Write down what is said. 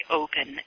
open